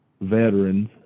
veterans